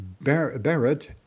Barrett